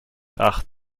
acht